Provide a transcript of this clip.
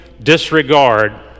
disregard